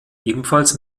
ebenfalls